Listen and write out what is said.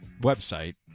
website